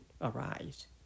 arise